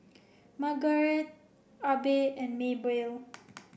Margarete Abbey and Maebell